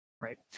right